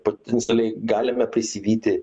potencialiai galime prisivyti